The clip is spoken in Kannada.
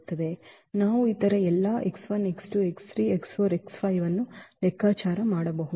ನಾವು ಇತರ ಎಲ್ಲ ಅನ್ನು ಲೆಕ್ಕಾಚಾರ ಮಾಡಬಹುದು